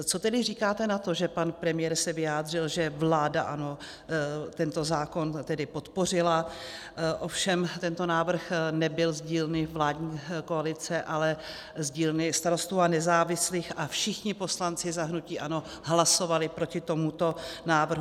Co tedy říkáte na to, že pan premiér se vyjádřil, že vláda ANO tento zákon tedy podpořila, ovšem tento návrh nebyl z dílny vládní koalice, ale z dílny Starostů a nezávislých, a všichni poslanci za hnutí ANO hlasovali proti tomuto návrhu.